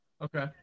Okay